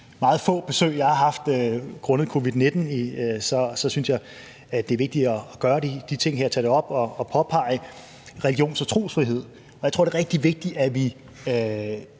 meget få besøg, jeg har haft, grundet covid-19. Så jeg synes, det er vigtigt at gøre de her ting og tage det op og påpege religions- og trosfrihed. Og jeg tror, det er rigtig vigtigt, at vi